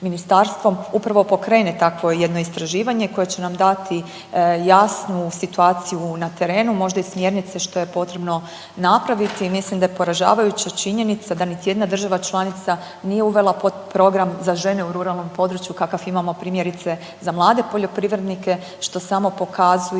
upravo pokrene takvo jedno istraživanje koje će nam dati jasnu situaciju na terenu, možda i smjernice što je potrebno napraviti. Mislim da je poražavajuća činjenica da niti jedna država članica nije uvela program za žene u ruralnom području kakav imamo primjerice za mlade poljoprivrednike što samo pokazuje